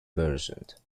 percent